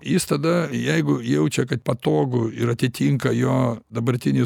jis tada jeigu jaučia kad patogu ir atitinka jo dabartinį